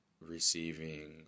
receiving